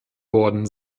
worden